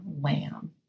lamb